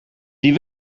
die